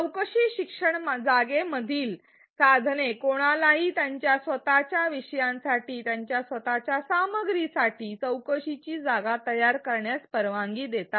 चौकशी शिक्षण जागे मधील साधने कोणालाही त्यांच्या स्वत च्या विषयासाठी त्यांच्या स्वतःच्या सामग्रीसाठी चौकशीची जागा तयार करण्यास परवानगी देतात